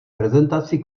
prezentaci